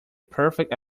perfect